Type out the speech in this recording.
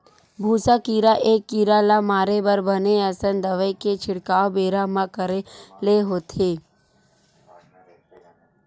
भूसा कीरा ए कीरा ल मारे बर बने असन दवई के छिड़काव बेरा म करे ले होथे